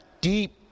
deep